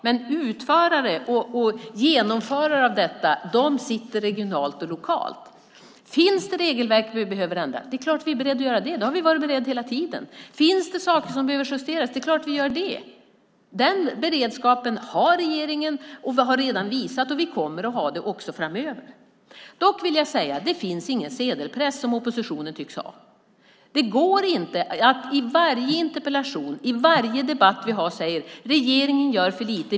Men de som är utförare och genomförare av detta finns regionalt och lokalt. Finns det regelverk som vi behöver ändra är vi självklart beredda att göra det. Det har vi hela tiden varit beredda att göra. Finns det saker som behöver justeras gör vi självklart det. Den beredskapen har regeringen, vilket vi redan har visat. Vi kommer att ha den beredskapen också framöver. Dock vill jag säga: Det finns ingen sedelpress, något som oppositionen tycks ha. Det går inte att i varje interpellation och i varje debatt säga: Regeringen gör för lite.